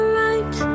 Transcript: right